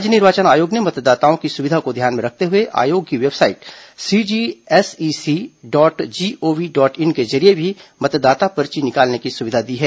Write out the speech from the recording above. राज्य निर्वाचन आयोग ने मतदाताओं की सुविधा को ध्यान में रखते हुए आयोग की website CGSE C dot gov dot in के जरिये भी मतदाता पर्ची निकालने की सुविधा दी है